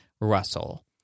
russell